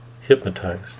hypnotized